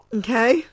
okay